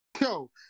yo